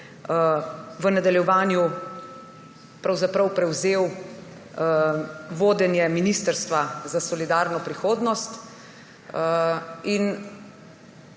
v nadaljevanju pravzaprav prevzel vodenje ministrstva za solidarno prihodnost.